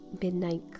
Midnight